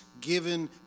given